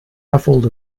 ruffled